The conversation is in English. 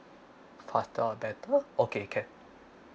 faster or better okay can